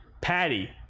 Patty